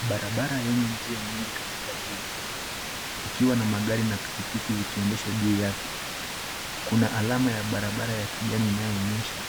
Barabara yenye njia nyingi katika jiji, ikiwa na magari na pikipiki zikiendeshwa juu yake. Kuna alama ya barabara ya kijani inayoonyesha